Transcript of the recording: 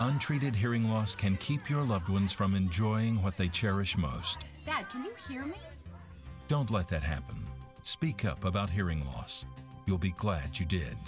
untreated hearing loss can keep your loved ones from enjoying what they cherish most here don't let that happen but speak up about hearing loss you'll be glad you did